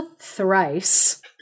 thrice